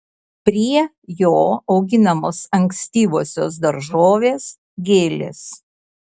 prie jo auginamos ankstyvosios daržovės gėlės